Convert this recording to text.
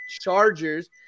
Chargers